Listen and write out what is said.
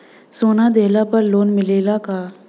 सोना दिहला पर लोन मिलेला का?